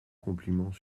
compliment